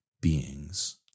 beings